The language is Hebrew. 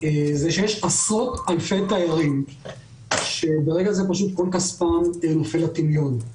שיש עשרות אלפי תיירים שברגע זה כל כספם יורד לטמיון.